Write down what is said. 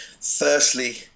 Firstly